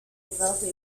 developed